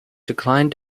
declined